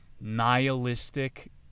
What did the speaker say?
nihilistic